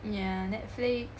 ya Netflix